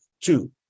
two